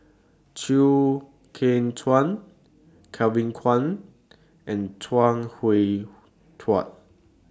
Chew Kheng Chuan Kevin Kwan and Chuang Hui Tsuan